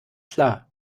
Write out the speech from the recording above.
klar